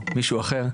או מישהו אחר,